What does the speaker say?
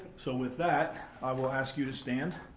so, with that, i will ask you to stand,